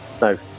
no